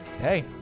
Hey